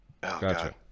Gotcha